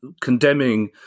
condemning